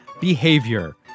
behavior